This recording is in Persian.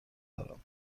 دارم